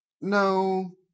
No